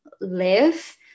live